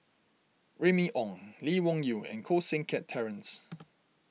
Remy Ong Lee Wung Yew and Koh Seng Kiat Terence